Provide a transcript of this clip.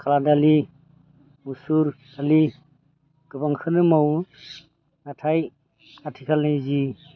खाला दालि मुसुर दालि गोबांखौनो मावो नाथाय आथिखालनि जि